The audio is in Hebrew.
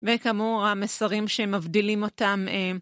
וכאמור, המסרים שמבדילים אותם...